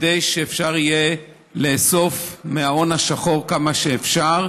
כדי שאפשר יהיה לאסוף מההון השחור כמה שאפשר.